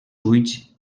ulls